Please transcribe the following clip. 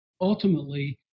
ultimately